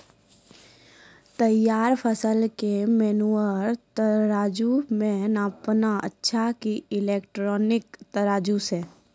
तैयार फसल के मेनुअल तराजु से नापना अच्छा कि इलेक्ट्रॉनिक तराजु से?